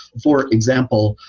for example,